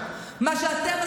מהשני.